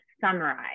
summarize